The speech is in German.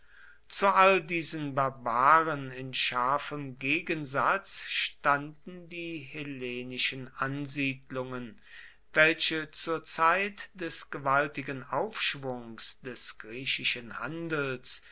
zu all diesen barbaren in scharfem gegensatz standen die hellenischen ansiedlungen welche zur zeit des gewaltigen aufschwungs des griechischen handels